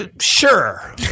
sure